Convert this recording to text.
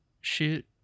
shoot